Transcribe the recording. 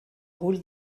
rôle